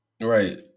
right